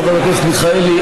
חברת הכנסת מיכאלי,